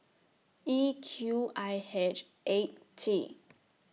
E Q I H eight T